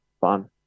fun